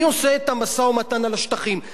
אני עושה אתם משא-ומתן על השטחים.